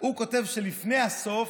הוא כותב שלפני הסוף,